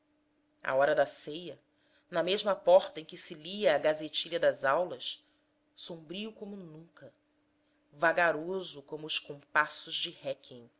a hora da ceia na mesma porta em que se lia a gazetilha das aulas sombrio como nunca vagaroso como os compassos de